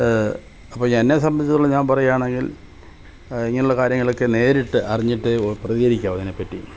അപ്പം എന്നെ സംബന്ധിച്ചെടുത്തോളം ഞാൻ പറയാണെങ്കിൽ ഇങ്ങനെയുള്ള കാര്യങ്ങളൊക്കെ നേരിട്ട് അറിഞ്ഞിട്ട് പ്രതികരിക്കാവു അതിനെപ്പറ്റി